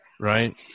right